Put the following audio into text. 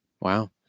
Wow